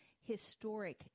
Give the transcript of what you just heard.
historic